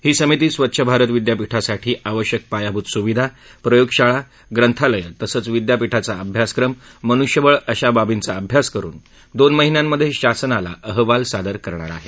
ही समिती स्वच्छ भारत विद्यापीठासाठी आवश्यक पायाभूत सुविधा प्रयोगशाळा ग्रंथालयं तसंच विद्यापीठाचा अभ्यासक्रम मनुष्यबळ अशा बाबींचा अभ्यास करुन दोन महिन्यांमध्ये शासनाला अहवाल सादर करणार आहे